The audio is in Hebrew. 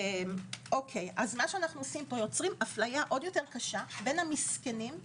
אנו יוצרים פה אפליה עוד יותר קשה בין המסכנים.